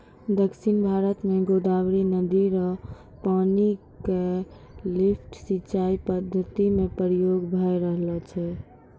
दक्षिण भारत म गोदावरी नदी र पानी क लिफ्ट सिंचाई पद्धति म प्रयोग भय रहलो छै